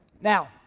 Now